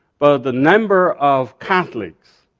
but the number of catholics